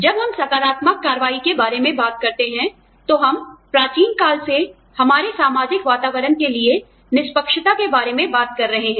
जब हम सकारात्मक कार्रवाई के बारे में बात करते हैं तो हम प्राचीन काल से हमारे सामाजिक वातावरण के लिए निष्पक्षता के बारे में बात कर रहे हैं